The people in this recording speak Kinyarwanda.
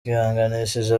twihanganishije